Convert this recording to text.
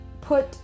put